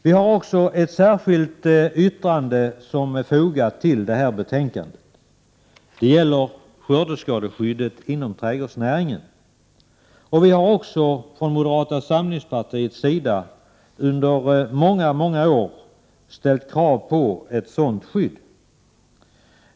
Vi har också ett särskilt yttrande fogat till betänkandet. Det gäller skördeskadeskyddet inom trädgårdsnäringen. Vi har från moderata samlingspartiets sida under många år ställt krav på ett sådant skydd.